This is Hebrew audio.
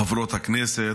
חברות הכנסת.